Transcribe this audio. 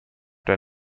der